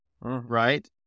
right